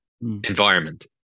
environment